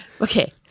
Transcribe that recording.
Okay